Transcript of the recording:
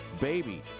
baby